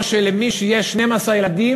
כמו שלמי שיש 12 ילדים,